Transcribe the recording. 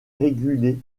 régulé